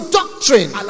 doctrine